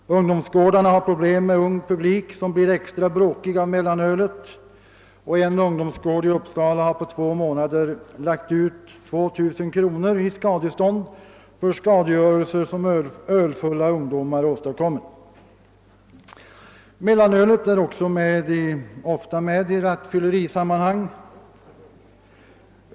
Ungdomsgårdarna har problem med ung publik som blir extra bråkig av mellanölet. En ungdomsgård i Uppsala har på två månader lagt ut 2 000 kr. i skadestånd för Mellanölet är också ofta med i rattfyllerisammanhang.